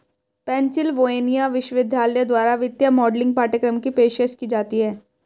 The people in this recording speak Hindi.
पेन्सिलवेनिया विश्वविद्यालय द्वारा वित्तीय मॉडलिंग पाठ्यक्रम की पेशकश की जाती हैं